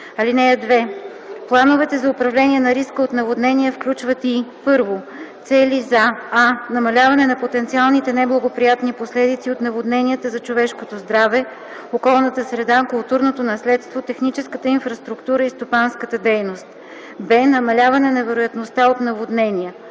156а. (2) Плановете за управление на риска от наводнения включват и: 1. цели за: а) намаляване на потенциалните неблагоприятни последици от наводненията за човешкото здраве, околната среда, културното наследство, техническата инфраструктура и стопанската дейност; б) намаляване на вероятността от наводнения;